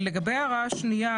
ישראל,